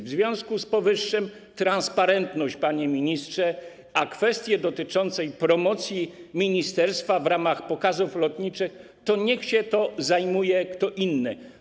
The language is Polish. W związku z powyższym transparentność, panie ministrze, a kwestiami dotyczącymi promocji ministerstwa w ramach pokazów lotniczych niech się zajmuje kto inny.